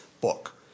book